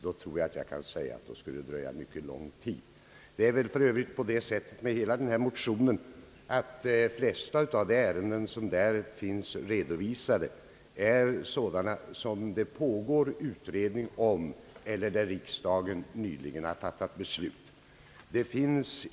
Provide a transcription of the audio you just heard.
Då tror jag att det skulle dröja mycket lång tid. Det är för övrigt på det sättet med hela denna motion att de flesta av de ärenden, som finns där, är sådana där det pågår utredning eller där riksdagen nyligen fattat beslut.